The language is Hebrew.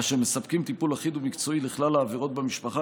אשר מספקים טיפול אחיד ומקצועי לכלל העבירות במשפחה,